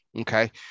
okay